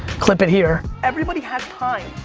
clip it here. everybody had time.